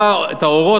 ראה את האורות,